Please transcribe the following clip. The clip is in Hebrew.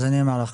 אז אני אגיד לך,